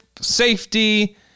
safety